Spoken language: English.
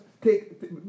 take